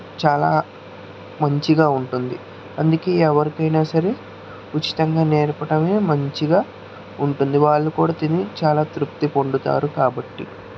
చాలా మంచిగా ఉంటుంది అందుకే ఎవరికైనా సరే ఉచితంగా నేర్పటం మంచిగా ఉంటుంది వాళ్ళు కూడా తిని చాలా తృప్తి పొందుతారు కాబట్టి